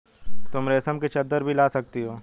तुम रेशम की चद्दर भी ला सकती हो